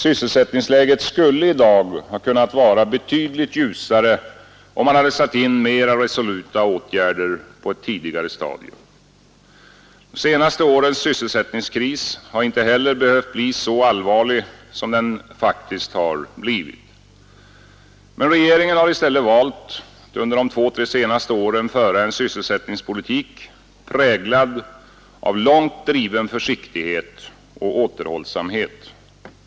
Sysselsättningsläget skulle i dag kunnat vara betydligt ljusare, om man hade satt in mera resoluta åtgärder på ett tidigare stadium, De senaste årens sysselsättningskris hade inte heller behövt bli så allvarlig som den faktiskt blivit. Men regeringen har i stället valt att under de två tre senaste åren föra en sysselsättningspolitik präglad av långt driven försiktighet och återhållsamhet.